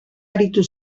aritu